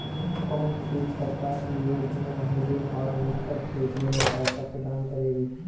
कौन सी सरकारी योजना मुझे हार्वेस्टर ख़रीदने में सहायता प्रदान करेगी?